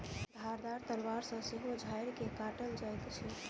धारदार तलवार सॅ सेहो झाइड़ के काटल जाइत छै